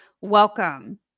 Welcome